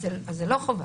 אז זה לא חובה.